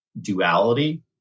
duality